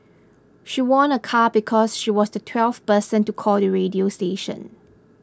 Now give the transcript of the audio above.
she won a car because she was the twelfth person to call the radio station